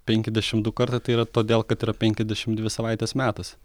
penki dešim du kartai tai yra todėl kad yra penki dešim dvi savaitės metuose